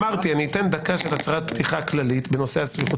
אמרתי שאני אתן דקה של הצהרת פתיחה כללית בנושא הסבירות